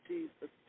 Jesus